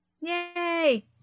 Yay